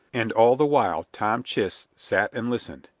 and all the while tom chist sat and listened,